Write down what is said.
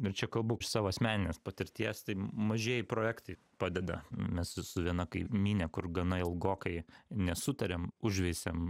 ir čia kalbu iš savo asmeninės patirties tai mažieji projektai padeda mes s su viena kaimyne kur gana ilgokai nesutarėm užveisėm